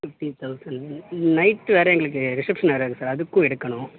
fifteen thousand night வேறு எங்களுக்கு reception வேறு இருக்கு சார் அதுக்கும் எடுக்கணும்